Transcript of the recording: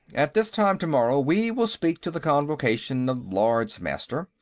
at this time tomorrow, we will speak to the convocation of lords-master.